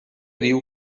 diu